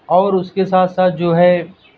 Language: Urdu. اور اس کے ساتھ ساتھ جو ہے